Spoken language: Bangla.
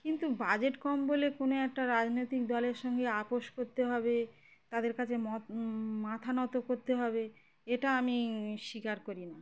কিন্তু বাজেট কম বলে কোনো একটা রাজনৈতিক দলের সঙ্গে আপোষ করতে হবে তাদের কাছে মত মাথা নত করতে হবে এটা আমি স্বীকার করি না